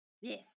Yes